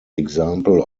example